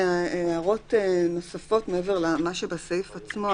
הערות נוספות מעבר למה שבסעיף עצמו הוא